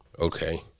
okay